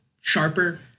sharper